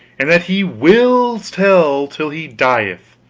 and that he will tell till he dieth,